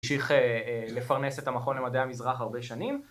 ממשיך לפרנס את המכון למדעי המזרח הרבה שנים